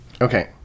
Okay